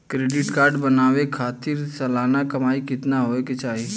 Credit card बनवावे खातिर सालाना कमाई कितना होए के चाही?